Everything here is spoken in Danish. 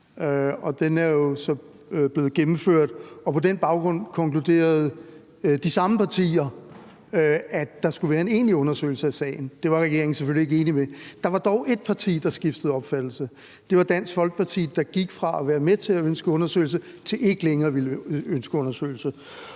Den er jo så blevet gennemført, og på den baggrund konkluderede de samme partier, at der skulle være en egentlig undersøgelse af sagen. Det var regeringen selvfølgelig ikke enig i. Der var dog ét parti, der skiftede opfattelse. Det var Dansk Folkeparti, der gik fra at være med til at ønske undersøgelse til ikke længere at ville ønske undersøgelse.